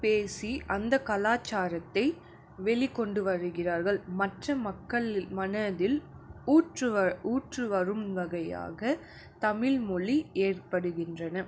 பேசி அந்த கலாச்சாரத்தை வெளிக்கொண்டு வருகிறார்கள் மற்ற மக்கள் மனதில் ஊற்றுவர் ஊற்றி வரும் வகையாக தமிழ் மொழி ஏற்படுகின்றன